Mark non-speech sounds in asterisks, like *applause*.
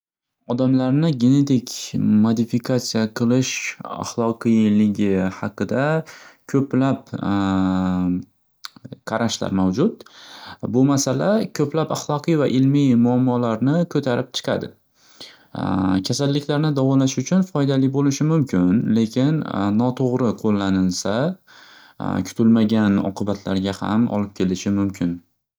Odamlarni genetik modifikatsiya qilish axloqiyligi haqida ko'plab *hesitation* qarashlar mavjud. Bu masala ko'plab ahloqiy va ilmiy muammolarni ko'tarib chiqadi, *hesitation* kasalliklarni davolash uchun foydali bo'lishi mumkin, lekin noto'g'ri qo'llanilsa *hesitation* kutilmagan oqibatlarga ham olib kelishi mumkin. *noise*